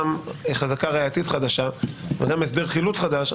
גם חזקה ראייתית חדשה וגם הסדר חילוט חדש.